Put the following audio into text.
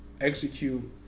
execute